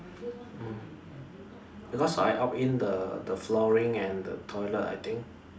mm because I opt in the flooring and the toilet I think